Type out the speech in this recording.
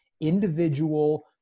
individual